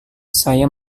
saya